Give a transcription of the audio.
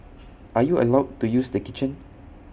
are you allowed to use the kitchen